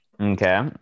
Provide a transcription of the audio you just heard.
Okay